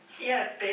Yes